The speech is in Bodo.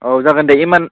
औ जागोन दे इमान